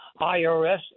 IRS